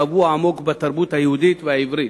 טבוע עמוק בתרבות היהודית והעברית,